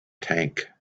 tank